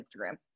Instagram